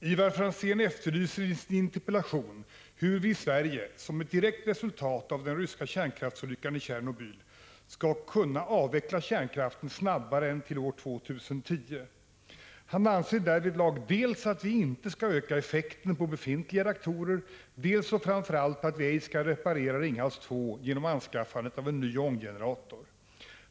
Herr talman! Ivar Franzén efterlyser i sin interpellation hur vi i Sverige, som ett direkt resultat av den ryska kärnkraftsolyckan i Tjernobyl, skall kunna avveckla kärnkraften snabbare än till år 2010. Han anser därvidlag dels att vi inte skall öka effekten på befintliga reaktorer, dels och framför allt att vi ej skall reparera Ringhals 2 genom anskaffandet av en ny ånggenerator.